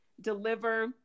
Deliver